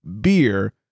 beer